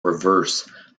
reverse